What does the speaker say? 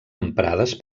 emprades